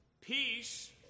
peace